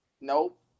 nope